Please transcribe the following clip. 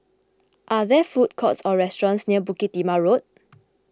are there food courts or restaurants near Bukit Timah Road